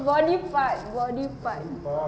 body part body part